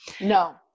No